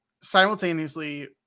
simultaneously